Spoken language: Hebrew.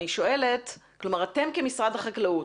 אתם כמשרד החקלאות,